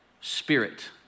spirit